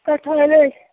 कटहलो